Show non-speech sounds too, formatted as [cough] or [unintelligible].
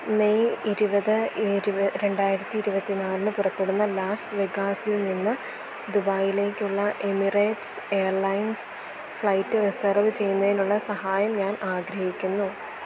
May ഇരുപത് [unintelligible] രണ്ടായിരത്തി ഇരുപത്തിനാലിന് പുറപ്പെടുന്ന ലാസ് വെഗാസിൽ നിന്ന് ദുബായിലേക്കുള്ള എമിറേറ്റ്സ് എയർലൈൻസ് ഫ്ലൈറ്റ് റിസർവ് ചെയ്യുന്നതിനുള്ള സഹായം ഞാനാഗ്രഹിക്കുന്നു